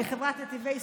מחברת נתיבי ישראל,